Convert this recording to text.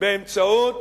באמצעות